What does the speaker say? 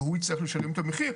והוא יצטרך לשלם את המחיר.